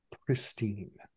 pristine